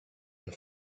been